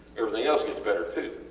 everything else gets better too.